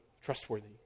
trustworthy